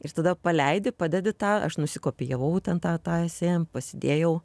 ir tada paleidi padedi tą aš nusikopijavau ten tą tą esė pasidėjau